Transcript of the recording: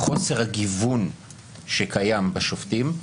רואים את זה בחוסר הגיוון שקיים בקרב השופטים,